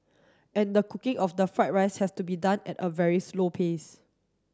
and the cooking of the fried rice has to be done at a very slow pace